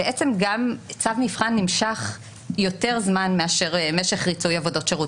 צו מבחן נמשך יותר זמן מאשר משך ריצוי עבודות שירות.